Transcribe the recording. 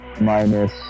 Minus